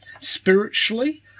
spiritually